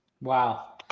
Wow